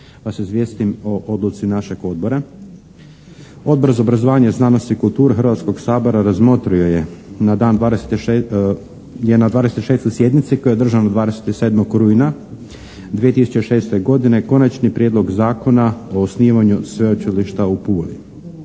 Odbor za obrazovanje, znanost i kulturu Hrvatskog sabora razmotrio je na dan, je na 26. sjednici koja je održana 27. rujna 2006. godine Konačni prijedlog zakona o osnivanju Sveučilišta u Puli.